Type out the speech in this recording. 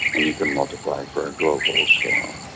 and you can multiply for a global scale.